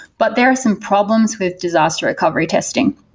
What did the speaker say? but there are some problems with disaster recovery testing.